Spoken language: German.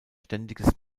ständiges